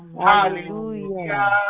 Hallelujah